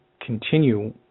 continue